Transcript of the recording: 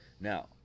Now